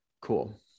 Cool